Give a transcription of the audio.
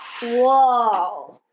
Whoa